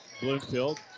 Bloomfield